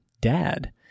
dad